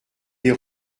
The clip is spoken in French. des